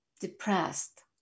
depressed